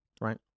right